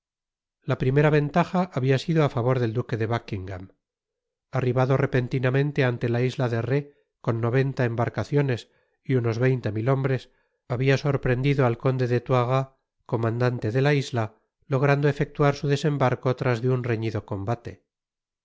la primera ventaja habia sido á favor del duque de buckingam arribado repentinamente ante la isla de rhé con noventa embarcaciones y unos veinte mil hombres habia sorprendido al conde de toiras comandante de la isla logrando efectuar su desembarco tras de un reñido combate